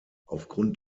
aufgrund